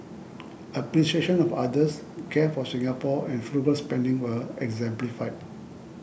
appreciation of others care for Singapore and frugal spending were exemplified